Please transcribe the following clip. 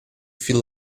feel